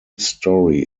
story